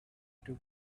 took